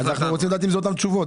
אנחנו רוצים לדעת אם זה אותן תשובות.